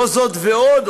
זאת ועוד,